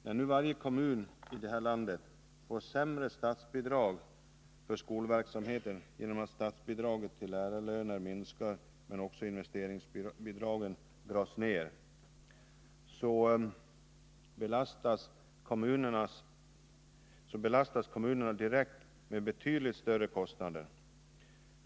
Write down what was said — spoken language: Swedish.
När nu varje kommun i det här landet får sämre statsbidrag för skolverksamheten genom att statsbidraget till lärarlöner minskar men också genom att investeringsbidragen dras ned, belastas kommunerna direkt med betydligt större kostnader än hittills.